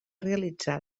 realitzar